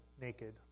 naked